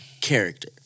character